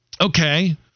Okay